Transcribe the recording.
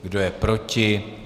Kdo je proti?